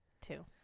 two